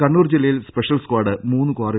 കണ്ണൂർ ജില്ലയിൽ special squad മൂന്ന് കാറിക